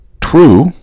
true